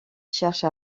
cherche